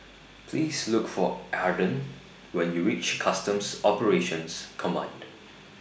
Please Look For Arden when YOU REACH Customs Operations Command